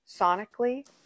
sonically